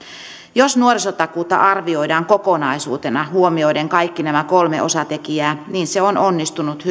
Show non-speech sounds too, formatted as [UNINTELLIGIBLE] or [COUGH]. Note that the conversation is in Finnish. jos nuorisotakuuta arvioidaan kokonaisuutena huomioiden kaikki nämä kolme osatekijää se on onnistunut [UNINTELLIGIBLE]